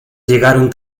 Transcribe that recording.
llegaron